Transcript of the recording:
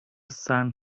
sun